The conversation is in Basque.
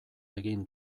egin